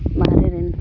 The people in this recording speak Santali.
ᱵᱟᱦᱨᱮ ᱨᱮᱱ